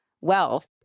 wealth